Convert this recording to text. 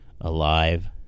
alive